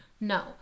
No